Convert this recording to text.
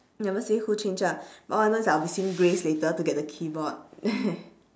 he never say who change ah I'll be seeing grace later to get the keyboard